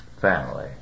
family